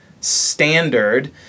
standard